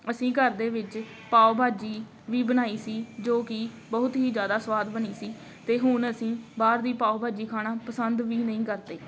ਅਸੀਂ ਘਰ ਦੇ ਵਿੱਚ ਪਾਓ ਭਾਜੀ ਵੀ ਬਣਾਈ ਸੀ ਜੋ ਕਿ ਬਹੁਤ ਹੀ ਜ਼ਿਆਦਾ ਸਵਾਦ ਬਣੀ ਸੀ ਅਤੇ ਹੁਣ ਅਸੀਂ ਬਾਹਰ ਦੀ ਪਾਓ ਭਾਜੀ ਖਾਣਾ ਪਸੰਦ ਵੀ ਨਹੀਂ ਕਰਦੇ